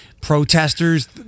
protesters